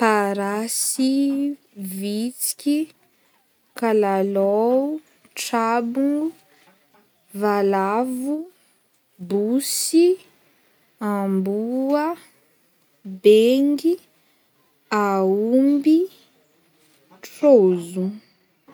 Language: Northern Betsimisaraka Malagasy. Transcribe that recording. Parasy, vitsiky, kalalao, trabogno, valavo, bosy, amboa, bengy, aomby, trôzogno.